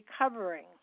recovering